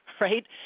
right